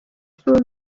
vuba